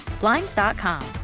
Blinds.com